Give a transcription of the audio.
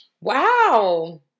Wow